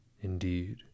indeed